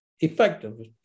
effective